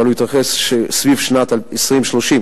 אבל הוא יתרחש סביב שנת 2030,